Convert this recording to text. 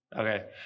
Okay